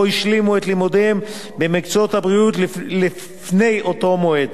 השלימו את לימודיהם במקצועות הבריאות לפני אותו מועד.